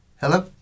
Hello